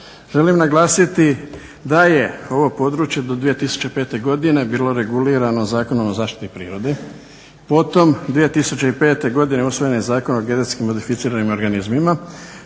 Želim naglasiti da je ovo područje do 2005. godine bilo regulirano Zakonom o zaštiti prirode. Potom 2005. godine usvojen je Zakon o genetski modificiranim organizmima.